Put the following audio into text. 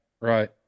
right